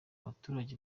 abaturage